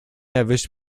erwischt